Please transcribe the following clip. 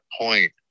point